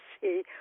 see